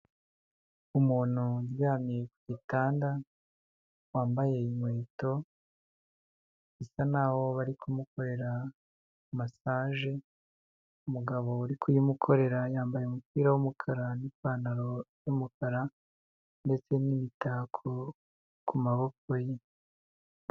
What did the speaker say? Umuntu uryamye ku gitanda wambaye inkweto bisa naho bari kumukorera masaje, umugabo uri kuyimukorera yambaye umupira w'umukara n'ipantaro y'umukara ndetse n'imitako ku maboko ye.